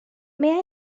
may